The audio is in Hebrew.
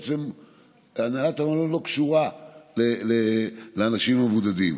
כי הנהלת המלון לא קשורה לאנשים המבודדים,